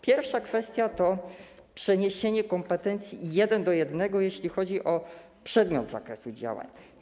Pierwsza kwestia to przeniesienie kompetencji jeden do jednego, jeśli chodzi o przedmiot zakresu działania.